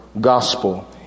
gospel